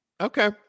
Okay